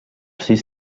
sis